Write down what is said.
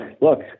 look